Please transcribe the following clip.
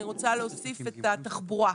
אני רוצה להוסיף את התחבורה.